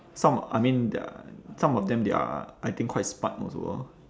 some I mean there are some of them they are I think quite smart also orh